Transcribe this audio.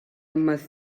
must